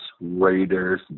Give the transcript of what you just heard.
Raiders